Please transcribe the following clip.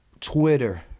Twitter